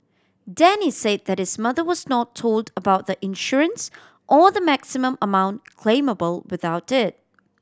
Denny say that his mother was not told about the insurance or the maximum amount claimable without it